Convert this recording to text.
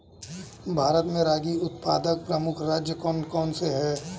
भारत में रागी उत्पादक प्रमुख राज्य कौन कौन से हैं?